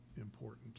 important